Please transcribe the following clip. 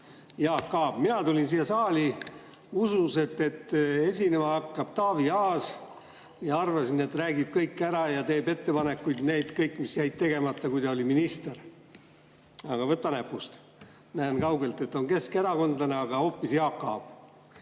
Jaak Aab! Mina tulin siia saali usus, et esinema hakkab Taavi Aas, ja arvasin, et ta räägib kõik ära ja teeb need ettepanekud, mis jäid tegemata siis, kui ta oli minister. Aga võta näpust! Näen kaugelt, et on keskerakondlane, aga hoopis Jaak Aab.